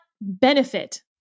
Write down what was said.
benefit